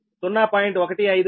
u